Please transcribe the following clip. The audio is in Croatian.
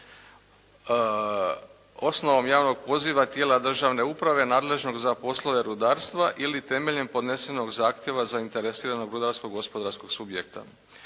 osnovom javnog poziva tijela državne uprave nadležnog za poslove rudarstva ili temeljem podnesenog zahtjeva zainteresiranog rudarsko-gospodarskog subjekta.